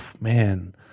man